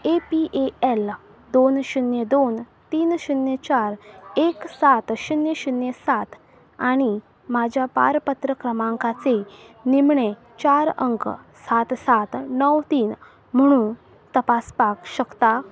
A P A L दोन शुन्य दोन तीन शुन्य चार एक सात शुन्य शुन्य सात आनी म्हज्या पारपत्र क्रमांकाचे निमणें चार अंक सात सात णव तीन म्हणून तपासपाक शकता